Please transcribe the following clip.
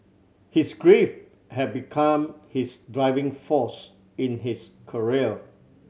his grief had become his driving force in his career